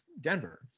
Denver